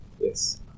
Yes